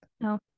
No